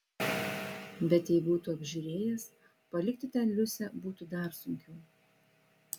bet jei būtų apžiūrėjęs palikti ten liusę būtų dar sunkiau